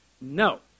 No